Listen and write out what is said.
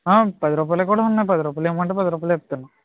పది రూపాయలియి కూడా ఉన్నాయి పది రూపాయలియి ఇమ్మంటే పది రూపాయలియి ఇస్తాను